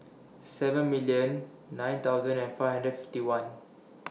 seven million nine thousand and five hundred forty one